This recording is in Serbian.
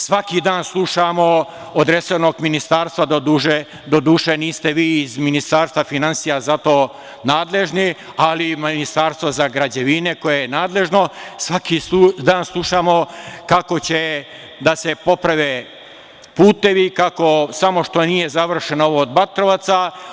Svaki dan slušamo od resornog ministarstva, do duše, niste vi iz Ministarstva finansija za to, ali ima Ministarstvo za građevinu koje je nadležno, svaki dan slušamo kako će da se poprave putevi, kako samo što nije završeno ovo od Batrovaca.